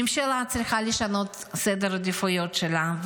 הממשלה צריכה לשנות את סדר העדיפויות שלה,